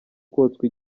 kotswa